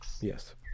Yes